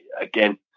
again